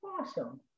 Awesome